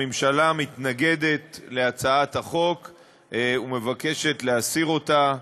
הממשלה מתנגדת להצעת החוק ומבקשת להסיר אותה מסדר-היום.